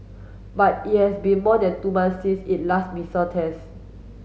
but it has been more than two months since it last missile test